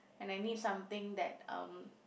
and I need something that um